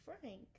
Frank